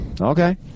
Okay